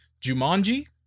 Jumanji